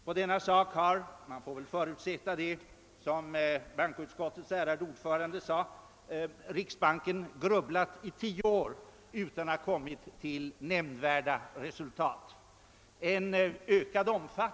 På denna sak har — det får man förutsätta, såsom bankoutskottets ärade ordförande sade — riksbanken grubblat i tio år utan att ha kommit till nämnvärda resultat.